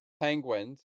penguins